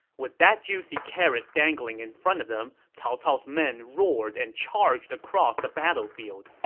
with that juicy carrot dangling in front of them, cao cao's men roared and charged across the battlefield.